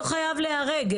לא חייב להיהרג,